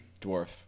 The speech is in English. Dwarf